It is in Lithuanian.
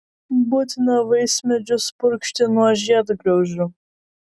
būtina vaismedžius purkšti nuo žiedgraužių